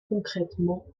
concrètement